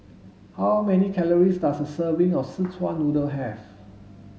how many calories does a serving of szechuan noodle have